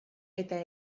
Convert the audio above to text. eta